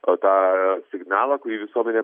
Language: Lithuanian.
va tą signalą kurį visuomenė